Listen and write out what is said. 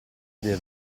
vero